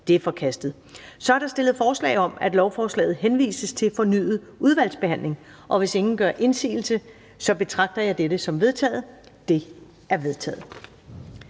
Det er forkastet. Der er stillet forslag om, at lovforslaget henvises til fornyet udvalgsbehandling, og hvis ingen gør indsigelse, betragter jeg dette som vedtaget. Det er vedtaget.